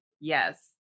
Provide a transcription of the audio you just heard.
Yes